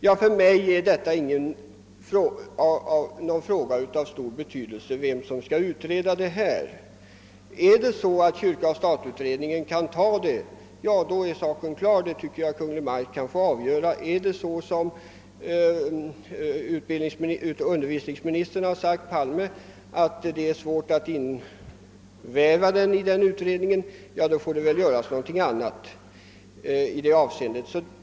Vem som skall utreda detta är för mig inte någon fråga av stor betydelse. Kan kyrka—Sstat-utredningen ta upp den, är saken klar. Enligt min mening kan Kungl. Maj:t få avgöra saken. Om det, som utbildningsminister Palme har sagt, är svårt att väva in frågan i denna utredning, får vi göra på annat sätt.